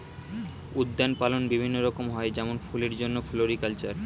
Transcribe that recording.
উদ্যান পালন বিভিন্ন রকম হয় যেমন ফুলের জন্যে ফ্লোরিকালচার